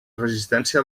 resistència